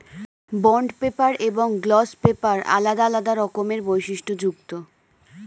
bond paper এবং gloss paper আলাদা আলাদা রকমের বৈশিষ্ট্যযুক্ত